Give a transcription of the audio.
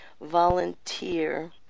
volunteer